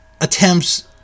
attempts